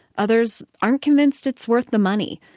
others aren't convinced it's worth the money.